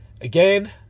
Again